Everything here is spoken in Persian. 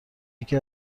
یکی